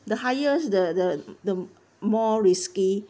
the highest the the the more risky